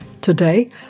Today